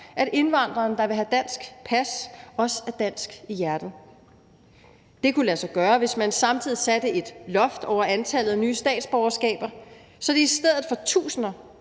at indvandreren, der vil have et dansk pas, også er dansk i hjertet. Det kunne lade sig gøre, hvis man samtidig satte et loft over antallet af nye statsborgerskaber, så det i stedet for tusinder